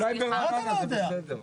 אולי ברעננה זה בסדר.